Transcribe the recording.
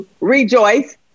rejoice